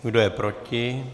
Kdo je proti?